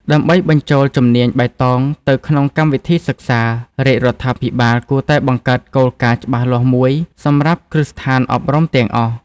ដើម្បីបញ្ចូលជំនាញបៃតងទៅក្នុងកម្មវិធីសិក្សា រាជរដ្ឋាភិបាលគួរតែបង្កើតគោលការណ៍ច្បាស់លាស់មួយសម្រាប់គ្រឹះស្ថានអប់រំទាំងអស់។